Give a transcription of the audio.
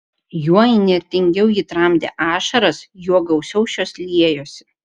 juo įnirtingiau ji tramdė ašaras juo gausiau šios liejosi